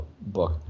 book